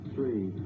Three